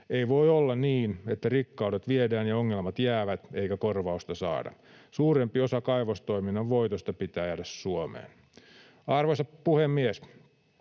Ei voi olla niin, että rikkaudet viedään ja ongelmat jäävät eikä korvausta saada. Suurempi osa kaivostoiminnan voitosta pitää jäädä Suomeen. Arvoisa puhemies!